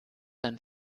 dein